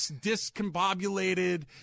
discombobulated